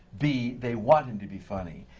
b, they want him to be funny.